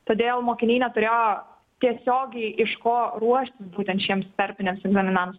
todėl mokiniai neturėjo tiesiogiai iš ko ruoštis būtent šiems tarpiniams egzaminams